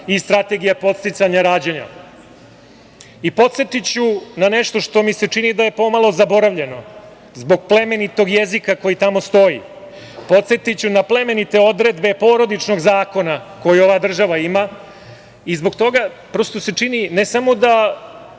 i Strategija podsticanja rađanja. Podsetiću na nešto što mi se čini da je pomalo zaboravljeno. Zbog plemenitog jezika koji tamo stoji, podsetiću na plemenite odredbe Porodičnog zakona koji ova država ima. Zbog toga se prosto čini ne samo da,